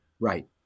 Right